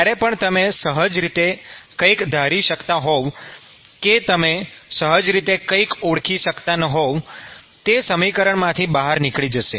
જ્યારે પણ તમે સહજ રીતે કઈક ધારી શકતા હોવ કે તમે સહજ રીતે કઈક ઓળખી શકતા હોવ તે સમીકરણમાંથી બહાર નીકળી જશે